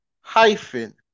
hyphen